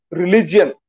religion